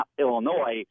Illinois –